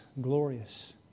glorious